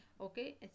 Okay